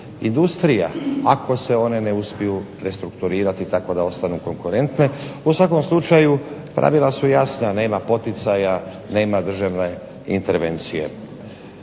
industrija ako se one ne uspiju restrukturirati tako da ostanu konkurentne. U svakom slučaju pravila su jasna, nema poticaja, nema državne intervencije